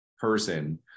person